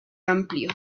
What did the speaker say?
amplio